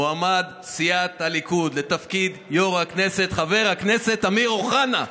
מועמד סיעת הליכוד לתפקיד יו"ר הכנסת חבר הכנסת אמיר אוחנה.